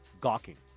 gawking